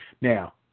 Now